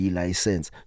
license